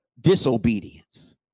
disobedience